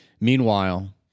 Meanwhile